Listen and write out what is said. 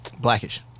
Blackish